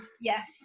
Yes